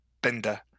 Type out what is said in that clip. bender